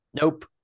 Nope